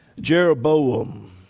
Jeroboam